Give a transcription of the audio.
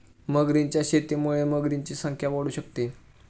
मगरींच्या शेतीमुळे मगरींची संख्या वाढू शकते